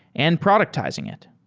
and productizing it.